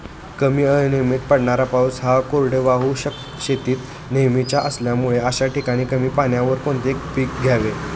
कमी व अनियमित पडणारा पाऊस हा कोरडवाहू शेतीत नेहमीचा असल्यामुळे अशा ठिकाणी कमी पाण्यावर कोणती पिके घ्यावी?